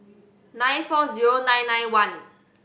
nine four zero nine nine one